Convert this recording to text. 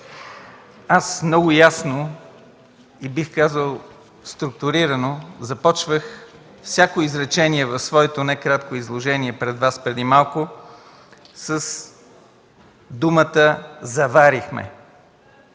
Аз много ясно и, бих казал, структурирано започвах всяко изречение в своето кратко изложение пред Вас преди малко с думата „заварихме”.